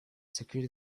secured